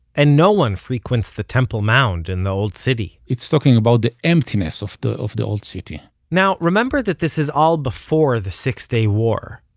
and no one frequents the temple mount in the old city. it's talking about the emptiness of the of the old city now remember that this is all before the six day war.